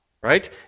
right